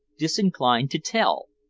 disinclined to tell.